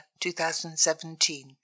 2017